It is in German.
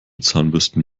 zahnbürsten